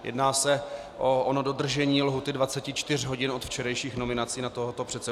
Jedná se o ono dodržení lhůty 24 hodin od včerejších nominací na tohoto předsedu.